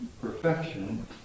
Perfection